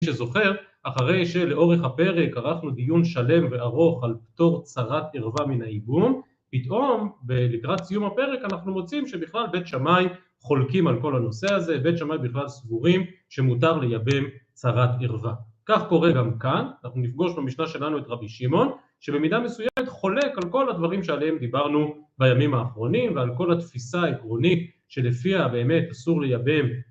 מי שזוכר, אחרי שלאורך הפרק ערכנו דיון שלם וארוך על פטור צרת ערווה מן הייבום, פתאום, לקראת סיום הפרק, אנחנו מוצאים שבכלל בית שמאי חולקים על כל הנושא הזה, בית שמאי בכלל סבורים, שמותר לייבם צרת ערווה. כך קורה גם כאן, אנחנו נפגוש במשנה שלנו את רבי שמעון, שבמידה מסוימת חולק על כל הדברים שעליהם דיברנו בימים האחרונים, ועל כל התפיסה העקרונית שלפיה באמת אסור לייבם